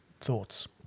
thoughts